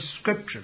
Scripture